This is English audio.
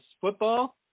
football